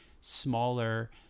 smaller